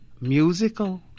Musical